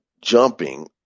jumping